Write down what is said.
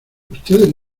ustedes